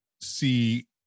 see